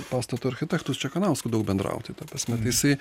pastato architektu čekanausku daug bendravom tai ta prasme tai jisai